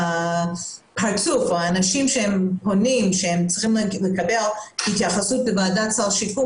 האנשים שפונים שצריכים לקבל התייחסות בוועדת סל שיקום,